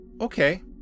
okay